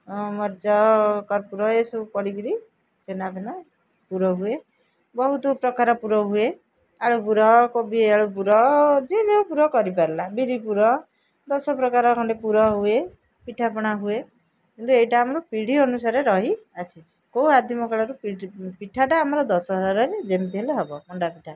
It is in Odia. ମରିଚ କର୍ପୁର ଏସବୁ ପଡ଼ିକିରି ଛେନା ଫେନା ପୁର ହୁଏ ବହୁତ ପ୍ରକାର ପୁର ହୁଏ ଆଳୁପୁର କୋବି ଆଳୁ ପୁର ଯିଏ ଯେଉଁ ପୁର କରିପାରିଲା ବିରି ପୁର ଦଶ ପ୍ରକାର ଖଣ୍ଡେ ପୁର ହୁଏ ପିଠାପଣା ହୁଏ କିନ୍ତୁ ଏଇଟା ଆମର ପିଢ଼ି ଅନୁସାରେ ରହି ଆସିଛି କେଉଁ ଆଦିମକାଳରୁ ପୋଡ଼ ପିଠାଟା ଆମର ଦଶହରାରେ ଯେମିତି ହେଲେ ହବ ମଣ୍ଡା ପିଠା